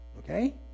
Okay